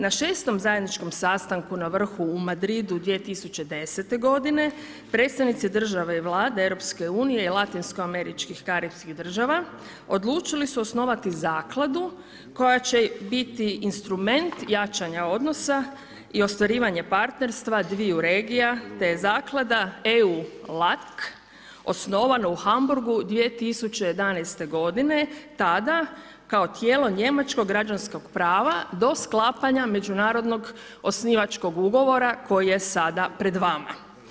Na 6. zajedničkom sastanku na vrhu u Madridu 2010. godine predstavnici države i Vlade EU i latinsko američkih, karipskih država odlučili su osnovati zakladu koja će biti instrument jačanja odnosa i ostvarivanje partnerstva dviju regija te zaklada EU-LAC osnovano u Hamburgu 2011. godine, tada kao tijelo njemačkog građanskog prava do sklapanja međunarodnog osnivačkog ugovora koji je sada pred vama.